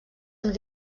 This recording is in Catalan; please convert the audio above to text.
amb